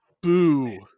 Boo